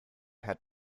had